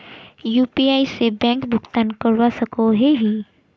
UPI से bank भुगतान करवा सकोहो ही?